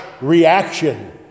reaction